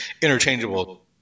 interchangeable